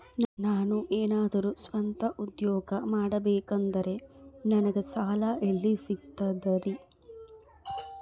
ನಾನು ಏನಾದರೂ ಸ್ವಂತ ಉದ್ಯೋಗ ಮಾಡಬೇಕಂದರೆ ನನಗ ಸಾಲ ಎಲ್ಲಿ ಸಿಗ್ತದರಿ?